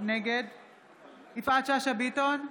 נגד יפעת שאשא ביטון,